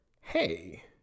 Hey